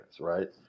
right